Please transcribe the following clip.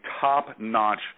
top-notch